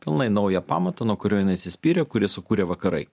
pilnai naują pamatą nuo kurio jinai atsispyrė kurį sukūrė vakarai